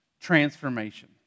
transformation